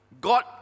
God